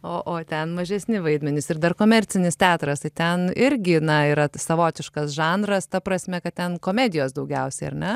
o o ten mažesni vaidmenys ir dar komercinis teatras tai ten irgi na yra savotiškas žanras ta prasme kad ten komedijos daugiausiai ar ne